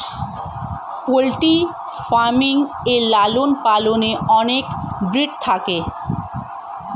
poultry farming এ লালন পালনে অনেক ব্রিড থাকে